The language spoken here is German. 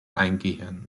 eingehen